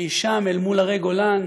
אי-שם אל מול הרי גולן,